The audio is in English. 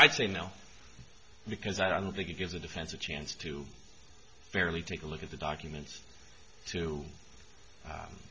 i say no because i don't think it gives the defense a chance to fairly take a look at the documents to